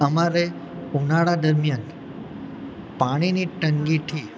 અમારે ઉનાળા દરમિયાન પાણીની તંગીથી